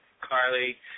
Carly